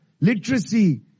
literacy